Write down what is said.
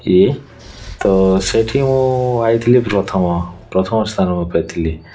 ଇଏ ତ ସେଇଠି ମୁଁ ଆସିଥିଲି ପ୍ରଥମ ପ୍ରଥମ ସ୍ଥାନ ମୁଁ ପାଇଥିଲି